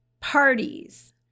parties